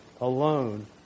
alone